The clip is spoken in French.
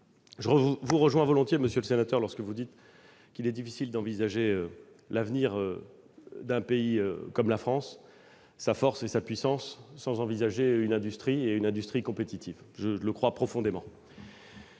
je vous rejoins volontiers lorsque vous dites qu'il est difficile d'envisager l'avenir d'un pays comme la France, sa force et sa puissance, sans une industrie compétitive. Je le crois profondément.